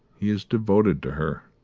he is devoted to her.